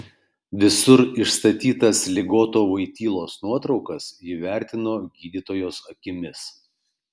visur išstatytas ligoto voitylos nuotraukas ji vertino gydytojos akimis